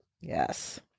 Yes